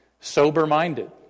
Sober-minded